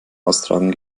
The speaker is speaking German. austragen